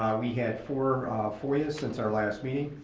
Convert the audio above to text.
we had four foya since our last meeting.